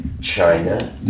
China